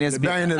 אני אומר ברצינות,